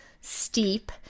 steep